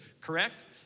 Correct